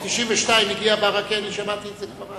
ב-1992 הגיע ברכה, אני שמעתי את זה כבר אז.